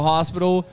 Hospital